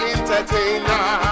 Entertainer